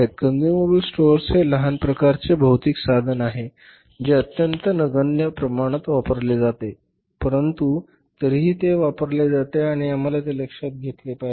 consumable stores हे लहान प्रकारचे भौतिक साधन आहे जे अत्यंत नगण्य प्रमाणात वापरले जाते परंतु तरीही ते वापरले जाते आणि आम्हाला ते लक्षात घेतले पाहिजे